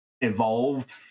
evolved